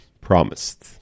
Promised